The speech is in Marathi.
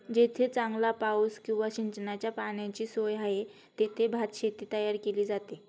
जेथे चांगला पाऊस किंवा सिंचनाच्या पाण्याची सोय आहे, तेथे भातशेती तयार केली जाते